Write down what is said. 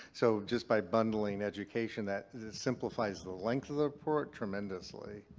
so just by bundling education that simplifies the length of the report tremendously.